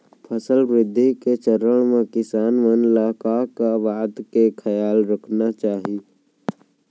फसल वृद्धि के चरण म किसान मन ला का का बात के खयाल रखना चाही?